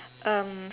um